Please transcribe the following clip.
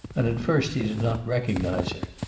and at first he did not recognize her.